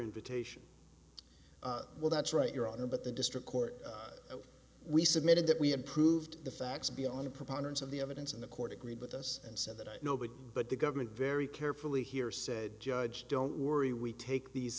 invitation well that's right your honor but the district court we submitted that we had proved the facts to be on a preponderance of the evidence in the court agreed with us and said that i know but but the government very carefully here said judge don't worry we take these